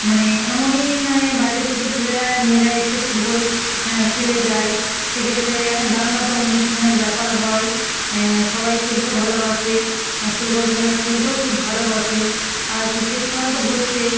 মানে এমনই মানে বাইরে থেকে ছেলেরা মেয়েরা এসে ফুটবল খেলে যায় সেক্ষেত্রে দারুণ একটা অনুষ্ঠানের ব্যাপার হয় সবাই খেলতে ভালোবাসে ফুটবল খেলা খেলতেও খুব ভালোবাসে আর ক্রিকেট খেলা তো হচ্ছেই